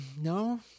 no